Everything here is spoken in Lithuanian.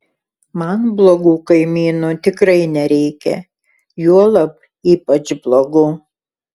man blogų kaimynų tikrai nereikia juolab ypač blogų